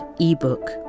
ebook